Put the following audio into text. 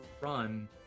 run